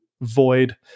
void